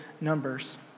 numbers